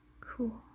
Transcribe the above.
Cool